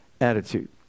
attitude